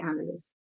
analysts